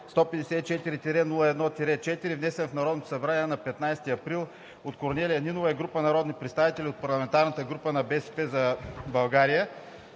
154-01-4, внесен в Народното събрание на 15 април от Корнелия Нинова и група народни представители от парламентарната група на „БСП за България“.